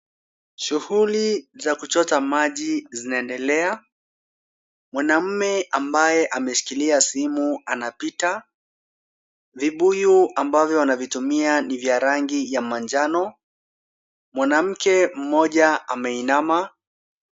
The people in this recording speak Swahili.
Shughuli za kuchota maji zinaendelea. Mwanaume ambaye ameshikilia simu anapita. Vibuyu ambavyo wanavitumia ni vya rangi ya manjano. Mwanamke mmoja ameinama.